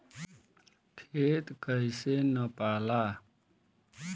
खेत कैसे नपाला?